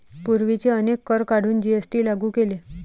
पूर्वीचे अनेक कर काढून जी.एस.टी लागू केले